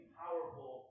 powerful